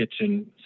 kitchen